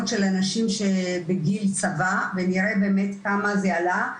של אנשים בגיל צבא ונראה באמת כמה זה עלה,